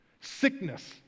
Sickness